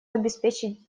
обеспечить